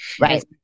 Right